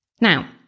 Now